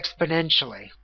exponentially